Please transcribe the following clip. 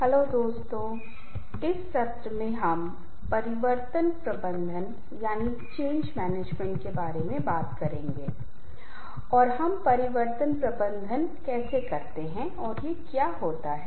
hello मैं एक और बहुत ही दिलचस्प विषय पर बात करने जा रहा हूं जिसे संबंध बनाना बिल्डिंग रिलेशनशिप Building Relationships कहा जाता है